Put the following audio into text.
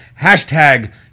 hashtag